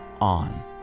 on